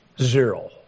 zero